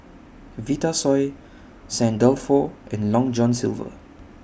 Vitasoy Saint Dalfour and Long John Silver